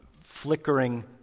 flickering